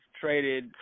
traded